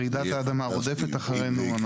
רעידת האדמה רודפת אחרינו.